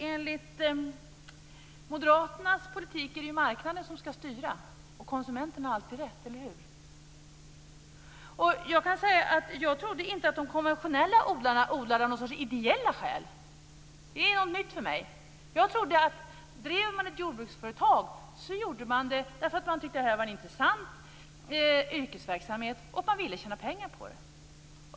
Enligt moderaternas politik är det ju marknaden som ska styra, och konsumenten har alltid rätt - eller hur? Jag trodde inte att de konventionella odlarna odlade av något slags ideella skäl. Det var något nytt för mig. Jag trodde att man drev jordbruksföretag därför att man tycker att det är en intressant yrkesverksamhet och därför att man vill tjäna pengar.